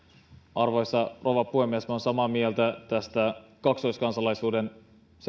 arvoisa rouva puhemies olen samaa mieltä tästä kaksoiskansalaisuuden